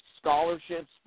scholarships